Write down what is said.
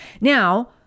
Now